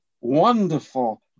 wonderful